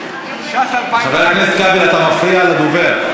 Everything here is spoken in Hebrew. חבר הכנסת כבל, אתה מפריע לדובר.